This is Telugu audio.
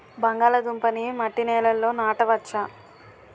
బంగాళదుంప నీ మట్టి నేలల్లో నాట వచ్చా?